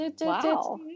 Wow